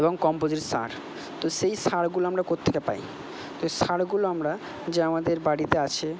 এবং কম্পোসিট সার তো সেই সারগুলো আমরা কোত্থেকে পাই তো সারগুলো আমরা যে আমাদের বাড়িতে আছে